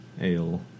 Ale